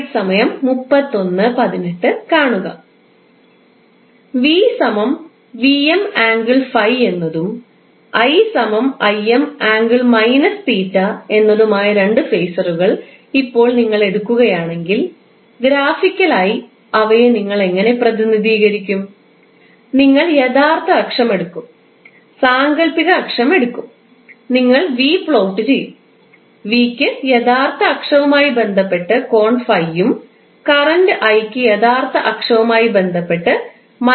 𝑽 𝑉𝑚∠∅ എന്നതും 𝑰 𝐼𝑚∠ − 𝜃 എന്നതുമായ രണ്ട് ഫേസറുകൾ ഇപ്പോൾ നിങ്ങൾ എടുക്കുകയാണെങ്കിൽ ഗ്രാഫിക്കലായി അവയെ നിങ്ങൾ എങ്ങനെ പ്രതിനിധീകരിക്കും നിങ്ങൾ യഥാർത്ഥ അക്ഷം എടുക്കും സാങ്കൽപ്പിക അക്ഷം എടുക്കും നിങ്ങൾ 𝑽 പ്ലോട്ട് ചെയ്യുo V ക്ക് യഥാർത്ഥ അക്ഷവുമായി ബന്ധപ്പെട്ട് കോൺ ∅ യും കറൻറ് 𝑰 ക്ക് യഥാർത്ഥ അക്ഷവുമായി ബന്ധപ്പെട്ട് −𝜃 യും ആണ്